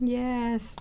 yes